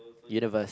universe